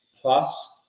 plus